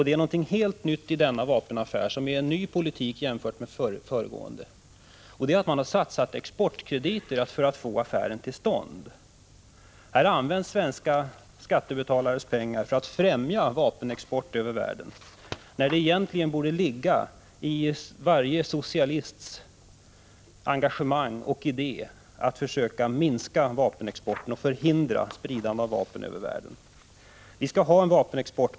Det är någonting helt nytt i denna vapenaffär, som innebär en ny politik. Man har nämligen satsat exportkrediter för att få affären till stånd. Här används svenska skattebetalares pengar för att främja vapenexport över världen, när det egentligen borde ligga i varje socialists engagemang och idé att försöka minska vapenexporten och förhindra spridande av vapen över världen. Vi skall ha en vapenexport.